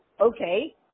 Okay